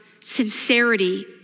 sincerity